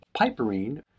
piperine